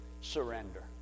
surrender